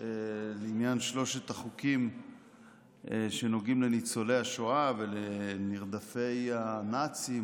לעניין שלושת החוקים שנוגעים לניצולי השואה ולנרדפי הנאצים